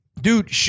Dude